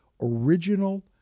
original